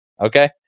okay